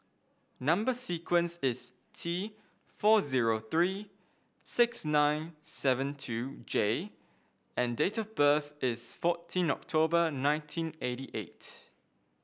number sequence is T four zero three six nine seven two J and date of birth is fourteen October nineteen eighty eight